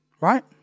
right